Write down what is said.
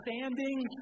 standing